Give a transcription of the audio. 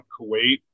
Kuwait